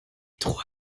truhe